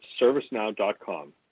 ServiceNow.com